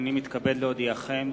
הנני מתכבד להודיעכם,